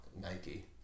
Nike